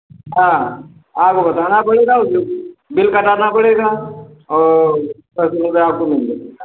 हाँ आपको बताना पड़ेगा बिल कटाना पड़ेगा और